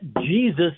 Jesus